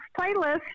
playlist